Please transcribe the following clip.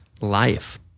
life